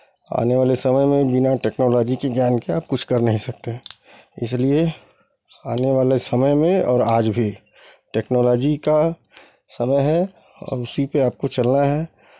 आने वाले समय में बिना टेक्नोलॉजी के ज्ञान के आप कुछ कर नहीं सकते हैं इसलिए आने वाले समय में और आज भी टेक्नोलॉजी का समय है और उसी पे आपको चलना है